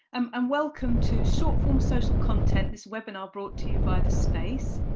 um um welcome to short form social content, this webinar brought to you by the space.